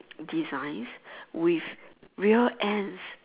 designs with real ants